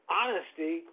honesty